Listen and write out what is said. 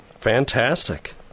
fantastic